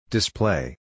Display